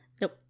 Nope